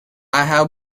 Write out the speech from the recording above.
have